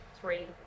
three